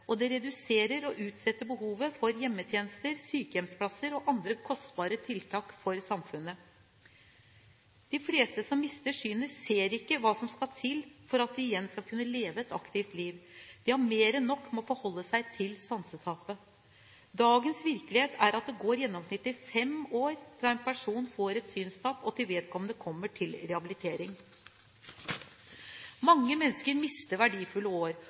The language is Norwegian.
og det reduserer og utsetter behovet for hjemmetjenester, sykehjemsplasser og andre kostbare tiltak for samfunnet. De fleste som mister synet, ser ikke hva som skal til for at de igjen skal kunne leve et aktivt liv. De har mer enn nok med å forholde seg til sansetapet. Dagens virkelighet er at det går gjennomsnittlig fem år fra en person får et synstap, til vedkommende kommer til rehabilitering. Mange mennesker mister verdifulle år,